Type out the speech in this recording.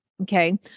okay